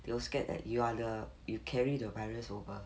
they will scared that you are the you carry the virus over